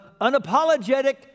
unapologetic